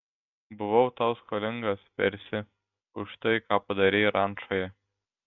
buvau tau skolingas persi už tai ką padarei rančoje